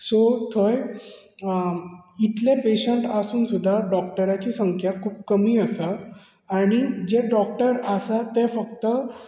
so थंय इतले patient आसून सुद्दां डॉकटराची संख्या खूब कमी आसा आनी जे डॉकटर आसा ते फकत